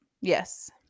yes